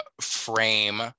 frame